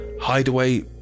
hideaway